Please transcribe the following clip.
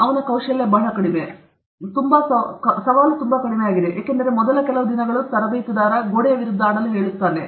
ಅವರ ಕೌಶಲ್ಯ ಬಹಳ ಕಡಿಮೆ ಮತ್ತು ಅವರ ಸವಾಲು ತುಂಬಾ ಕಡಿಮೆಯಾಗಿದೆ ಏಕೆಂದರೆ ಮೊದಲ ಕೆಲವು ದಿನಗಳು ತರಬೇತುದಾರ ಗೋಡೆಯ ವಿರುದ್ಧ ಆಡಲು ಕೇಳಿಕೊಳ್ಳುತ್ತಾರೆ